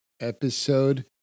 Episode